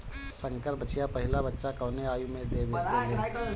संकर बछिया पहिला बच्चा कवने आयु में देले?